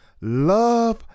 Love